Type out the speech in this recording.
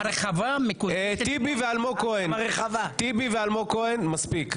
טיבי ואלמוג כהן מספיק.